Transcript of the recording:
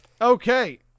okay